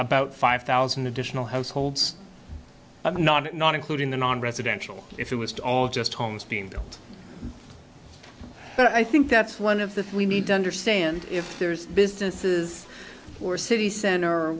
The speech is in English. about five thousand additional households not not including the nonresidential if you install just homes being built but i think that's one of the we need to understand if there's businesses or city center or